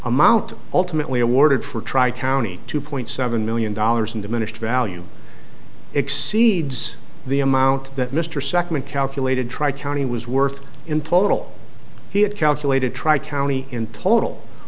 amount ultimately awarded for tri county two point seven million dollars in diminished value exceeds the amount that mr second calculated tri county was worth in total he had calculated try townie in total